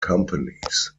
companies